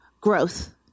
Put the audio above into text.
Growth